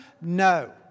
No